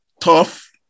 tough